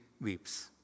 weeps